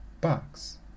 box